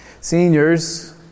Seniors